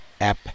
App